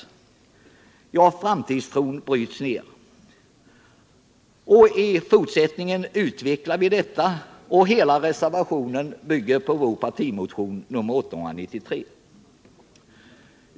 Ja, framtidstron bryts ner. I fortsättningen utvecklar vi detta resonemang. Hela reservationen bygger på vår partimotion 893.